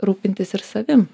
rūpintis ir savim